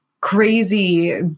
crazy